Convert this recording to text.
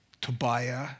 Tobiah